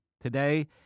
Today